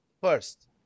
first